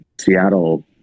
seattle